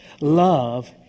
love